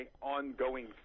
ongoing